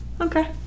Okay